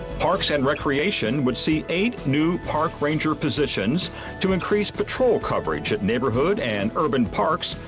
parks and recreation would see eight new park ranger positions to increase patrol coverage at neighborhood and urban parks,